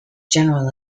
general